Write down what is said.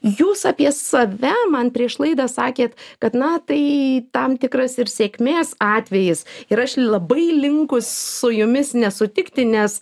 jūs apie save man prieš laidą sakėt kad na tai tam tikras ir sėkmės atvejis ir aš labai linkus su jumis nesutikti nes